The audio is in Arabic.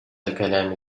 الكلام